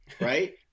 right